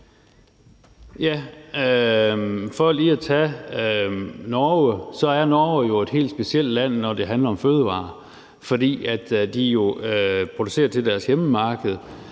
For lige at tage Norge er Norge jo et helt specielt land, når det handler om fødevarer, fordi de producerer til deres hjemmemarked.